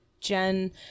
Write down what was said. Jen